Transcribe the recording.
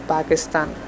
Pakistan